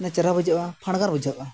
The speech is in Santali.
ᱩᱱᱟᱹᱜ ᱪᱮᱦᱨᱟ ᱵᱩᱡᱷᱟᱹᱜᱼᱟ ᱯᱷᱟᱬᱜᱟᱨ ᱵᱩᱡᱷᱟᱹᱜᱼᱟ